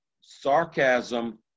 sarcasm